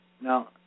Now